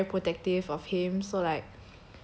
his fans are very protective of him so like